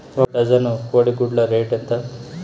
ఒక డజను కోడి గుడ్ల రేటు ఎంత?